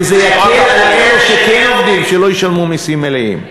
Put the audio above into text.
כי זה יקל על אלה שכן עובדים שלא ישלמו מסים מלאים.